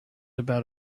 about